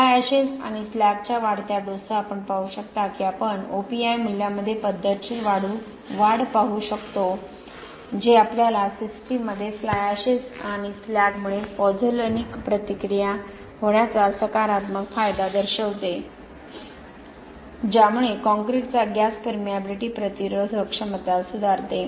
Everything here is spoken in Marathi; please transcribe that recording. फ्लाय ऍशेस आणि स्लॅगच्या वाढत्या डोससह आपण पाहू शकता की आपण OPI मूल्यामध्ये पद्धतशीर वाढ पाहू शकतो जे आपल्या सिस्टममध्ये फ्लाय एशेस आणि स्लॅगमुळे पॉझोलानिक प्रतिक्रिया होण्याचा सकारात्मक फायदा दर्शविते ज्यामुळे कॉंक्रिटचा गॅस परमिएबिलिटी प्रतिरोधक क्षमता सुधारते